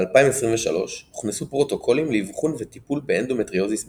ב-2023 הוכנסו פרוטוקולים לאבחון וטיפול באנדומטריוזיס בצה"ל.